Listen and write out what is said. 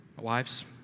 Wives